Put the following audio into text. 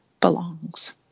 belongs